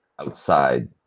outside